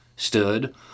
Stood